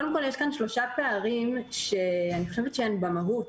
קודם כול, יש כאן שלושה פערים שהם במהות